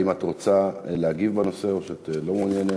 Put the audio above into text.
האם את רוצה להגיב בנושא או שאת לא מעוניינת?